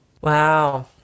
Wow